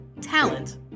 talent